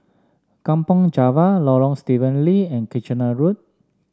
Kampong Java Lorong Stephen Lee and Kitchener Road